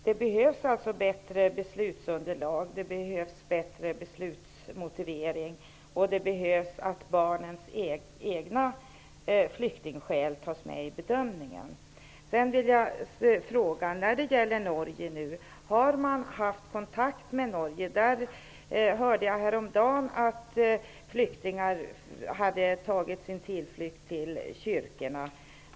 Det behövs alltså bättre beslutsunderlag, bättre beslutsmotivering och barnens egna flyktingskäl måste tas med i bedömningen. Häromdagen hörde jag att flyktingar hade tagit sin tillflykt till kyrkorna där.